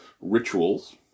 rituals